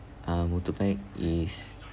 uh motorbike is